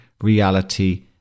reality